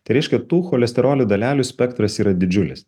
tai reiškia tų cholesterolio dalelių spektras yra didžiulis